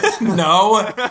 No